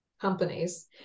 companies